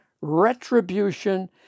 retribution